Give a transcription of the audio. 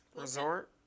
resort